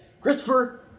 Christopher